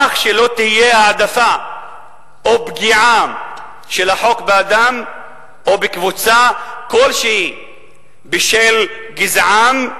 כך שלא תהיה העדפה או פגיעה של החוק באדם או בקבוצה כלשהי בשל גזעם,